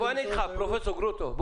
פרופ' גרוטו,